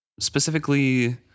Specifically